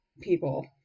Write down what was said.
people